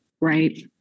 right